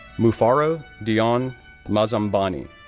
mufaro dione mazambani,